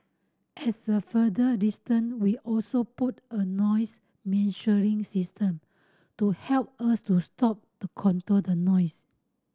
as a further distant we also put a noise measuring system to help us to stop the control the noise